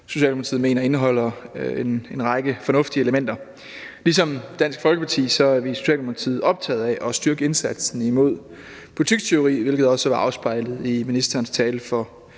Socialdemokratiet mener indeholder en række fornuftige elementer. Ligesom Dansk Folkeparti er vi i Socialdemokratiet optaget af at styrke indsatsen imod butikstyveri, hvilket også var afspejlet i ministerens tale for